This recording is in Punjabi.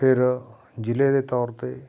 ਫਿਰ ਜ਼ਿਲ੍ਹੇ ਦੇ ਤੌਰ 'ਤੇ